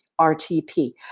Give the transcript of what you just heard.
RTP